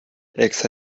extra